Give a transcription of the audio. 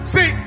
See